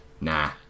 Nah